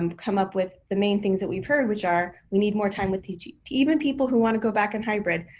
um come up with the main things that we've heard, which are, we need more time with teaching. even people who wanna go back in hybrid,